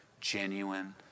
genuine